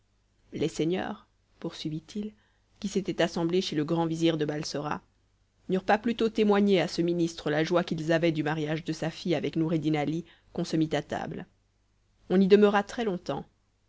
les seigneurs poursuivit-il qui s'étaient assemblés chez le grand vizir de balsora n'eurent pas plus tôt témoigné à ce ministre la joie qu'ils avaient du mariage de sa fille avec noureddin ali qu'on se mit à table on y demeura